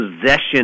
possession